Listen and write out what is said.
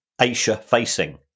Asia-facing